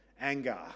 anger